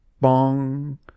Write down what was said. bong